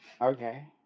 Okay